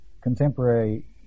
contemporary